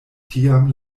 tiam